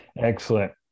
Excellent